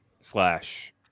slash